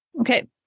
Okay